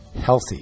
healthy